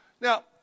Now